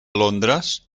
londres